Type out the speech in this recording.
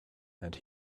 and